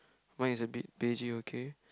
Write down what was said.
mine is a bit beigey okay